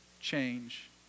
change